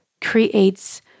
creates